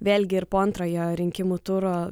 vėlgi ir po antrojo rinkimų turo